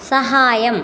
സഹായം